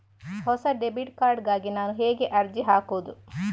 ಹೊಸ debit card ಗಾಗಿ ನಾನು ಹೇಗೆ ಅರ್ಜಿ ಹಾಕುದು?